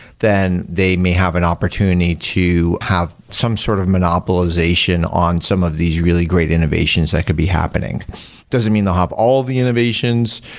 then they may have an opportunity to have some sort of monopolization on some of these really great innovations that could be happening. it doesn't mean they'll have all the innovations,